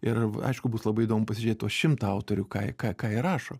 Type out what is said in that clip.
ir v aišku bus labai įdomu pasižėt tuos šimtą autorių ką ką ką jie rašo